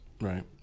Right